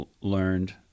learned